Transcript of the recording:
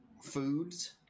foods